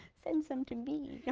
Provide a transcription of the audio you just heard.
send some to me yeah